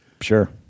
Sure